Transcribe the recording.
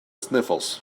sniffles